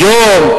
יום?